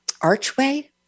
archway